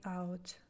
out